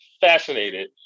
fascinated